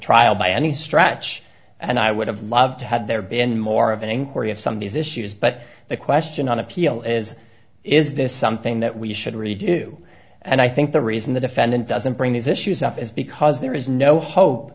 trial by any stretch and i would have loved to had there been more of an inquiry of some of these issues but the question on appeal is is this something that we should really do and i think the reason the defendant doesn't bring these issues up is because there is no hope